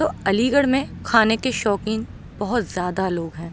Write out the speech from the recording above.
تو علی گڑھ میں کھانے کے شوقین بہت زیادہ لوگ ہیں